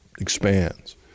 expands